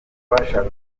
bashaka